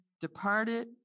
departed